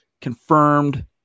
confirmed